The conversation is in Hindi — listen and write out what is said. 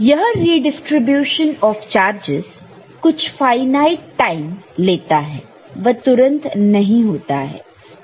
यह रीडिस्ट्रीब्यूशन ऑफ चार्जस कुछ फाइनाइट टाइम लेता है वह तुरंत नहीं होता है